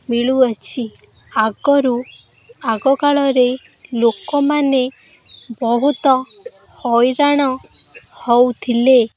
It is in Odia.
ମିଳୁଅଛି ଆଗରୁ ଆଗକାଳରେ ଲୋକମାନେ ବହୁତ ହଇରାଣ ହେଉଥିଲେ